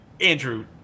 Andrew